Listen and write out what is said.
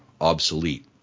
obsolete